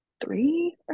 three